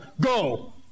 Go